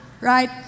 right